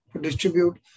distribute